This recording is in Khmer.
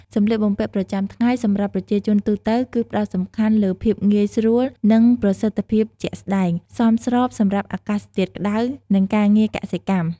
សម្លៀកបំពាក់ប្រចាំថ្ងៃសម្រាប់ប្រជាជនទូទៅគឺផ្តោតសំខាន់លើ ភាពងាយស្រួល និង ប្រសិទ្ធភាពជាក់ស្តែង សមស្របសម្រាប់អាកាសធាតុក្តៅ និងការងារកសិកម្ម។